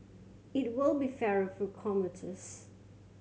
it will be fairer for commuters